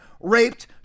raped